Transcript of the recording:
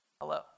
hello